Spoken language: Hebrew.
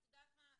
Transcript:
את יודעת מה,